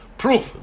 proof